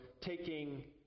taking